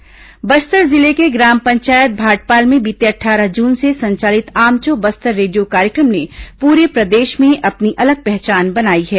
radio पढाई बस्तर जिले के ग्राम पंचायत भाटपाल में बीते अट्ठारह जून से संचालित आमचो बस्तर रेडियो कार्यक्रम ने पूरे प्रदेश में अपनी अलग पहचान बनाई है